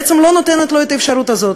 היא בעצם לא נותנת לו את האפשרות הזאת?